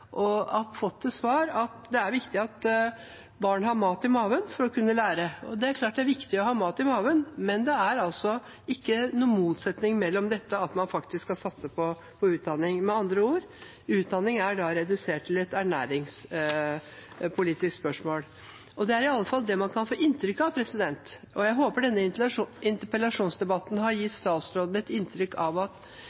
svar at det er viktig at barn har mat i magen for å kunne lære. Det er klart det er viktig å ha mat i magen, men det er altså ingen motsetning mellom det og at man faktisk skal satse på utdanning. Med andre ord: Utdanning er da redusert til et ernæringspolitisk spørsmål. Det er i alle fall det man kan få inntrykk av. Jeg håper denne interpellasjonsdebatten har